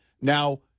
Now